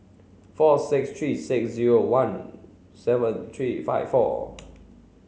four six three six zero one seven three five four